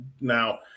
Now